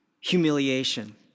humiliation